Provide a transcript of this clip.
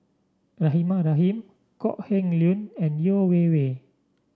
Rahimah Rahim Kok Heng Leun and Yeo Wei Wei